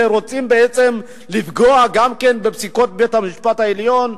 שרוצים בעצם לפגוע גם כן בפסיקות בית-המשפט העליון,